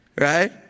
right